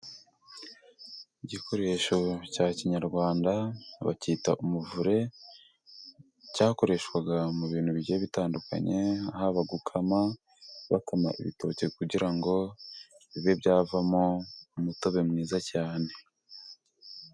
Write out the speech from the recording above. Igikoresho cya kinyarwanda bacyita umuvure. Cyakoreshwaga mu bintu bigiye bitandukanye haba gukama ,bakama ibitoki kugira ngo bibe byavamo umutobe mwiza cyane.